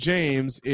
James